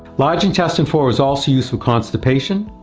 large intestine four is also used for constipation,